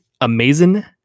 Amazing